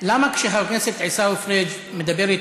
חבר הכנסת אמיר אוחנה,